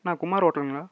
Anna Kumar ஓட்டலுங்களா